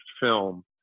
film